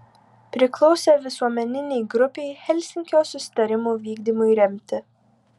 priklausė visuomeninei grupei helsinkio susitarimų vykdymui remti